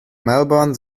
melbourne